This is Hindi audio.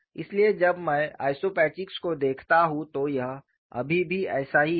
इसलिए जब मैं आइसोपैचिक्स को देखता हूं तो यह अभी भी ऐसा ही है